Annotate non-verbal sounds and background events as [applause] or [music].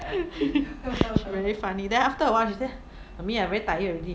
[laughs] she very funny then after a while she say mummy I very tired already